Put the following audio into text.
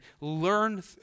learn